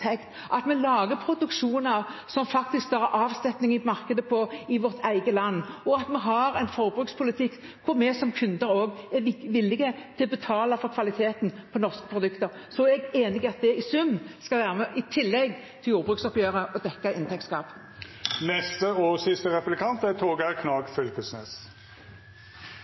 at vi lager produksjoner som fører til avsetning i markedet i vårt eget land, at vi har en forbrukspolitikk, og at vi som kunder også er villig til å betale for kvaliteten på norske produkter. Så jeg er enig i at det i sum, i tillegg til jordbruksoppgjøret, skal være med og dekke inntektsgapet. Eg beit meg merke i